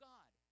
God